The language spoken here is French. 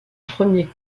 premier